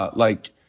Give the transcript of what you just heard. but like,